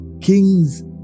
kings